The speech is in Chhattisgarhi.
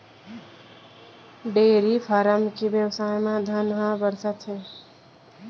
डेयरी फारम के बेवसाय म धन ह बरसत हे